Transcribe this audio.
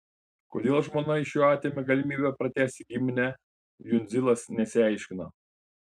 kodėl žmona iš jo atėmė galimybę pratęsti giminę jundzilas nesiaiškino